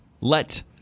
Let